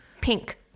Pink